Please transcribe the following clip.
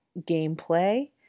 gameplay